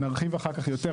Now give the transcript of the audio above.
נרחיב אחר כך יותר,